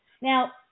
Now